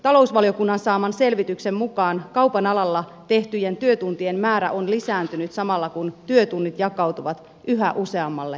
talousvaliokunnan saaman selvityksen mukaan kaupan alalla tehtyjen työtuntien määrä on lisääntynyt samalla kun työtunnit jakautuvat yhä useammalle henkilölle